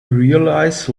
realize